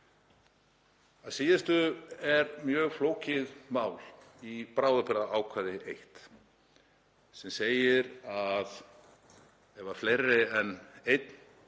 Að síðustu er mjög flókið mál í bráðabirgðaákvæði I sem segir að ef fleiri en einn